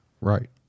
Right